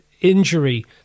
injury